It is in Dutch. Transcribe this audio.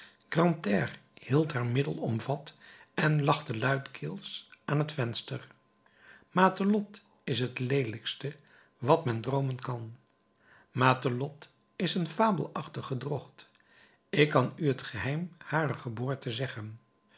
hield haar middel omvat en lachte luidkeels aan het venster matelotte is leelijk riep hij matelotte is het leelijkste wat men droomen kan matelotte is een fabelachtig gedrocht ik zal u het geheim harer geboorte zeggen